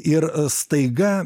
ir staiga